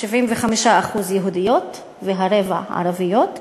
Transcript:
75% יהודיות והרבע הן ערביות,